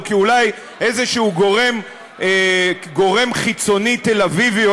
או כי אולי איזה גורם חיצוני תל-אביבי או